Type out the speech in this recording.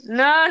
no